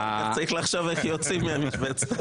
אתה צריך לחשוב איך יוצאים מהמשבצת.